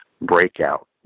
breakout